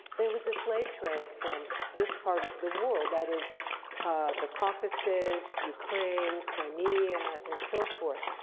there was a slave trade from this part of the world, that is the caucasus, ukraine, crimea, and so forth,